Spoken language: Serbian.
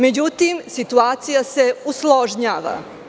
Međutim, situacija se usložnjava.